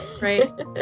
Right